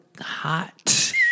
hot